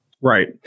Right